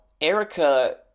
Erica